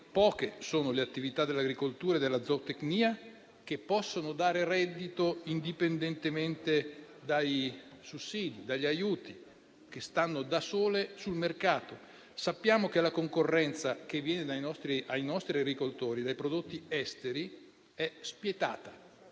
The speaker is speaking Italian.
poche sono le attività dell'agricoltura e della zootecnia che possono dare reddito indipendentemente dai sussidi e dagli aiuti, che stanno da sole sul mercato. Sappiamo che la concorrenza che viene ai nostri agricoltori dai prodotti esteri è spietata,